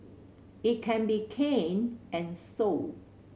it can be canned and sold